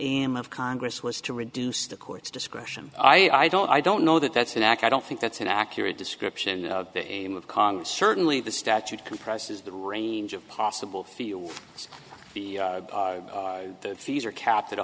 him of congress was to reduce the court's discretion i don't i don't know that that's an act i don't think that's an accurate description of the aim of congress certainly the statute compresses the range of possible feel that the fees are kept at